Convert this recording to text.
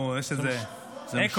יש איזה אקו.